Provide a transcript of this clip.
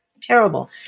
Terrible